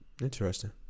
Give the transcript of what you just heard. interesting